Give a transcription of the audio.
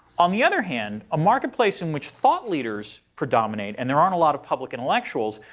on the other hand, a marketplace in which thought leaders predominate and there aren't a lot of public intellectuals,